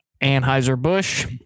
Anheuser-Busch